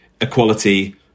equality